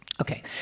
Okay